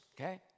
okay